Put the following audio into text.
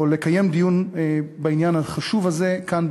או לקיים דיון בעניין החשוב הזה כאן,